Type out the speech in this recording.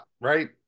Right